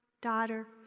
daughter